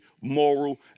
moral